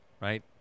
right